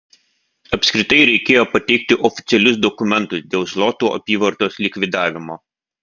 apskritai reikėjo pateikti oficialius dokumentus dėl zlotų apyvartos likvidavimo